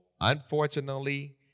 unfortunately